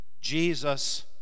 Jesus